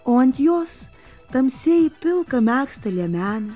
o ant jos tamsiai pilką megztą liemenę